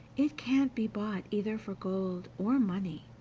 it can't be bought either for gold or money,